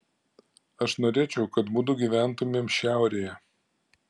aš norėčiau kad mudu gyventumėm šiaurėje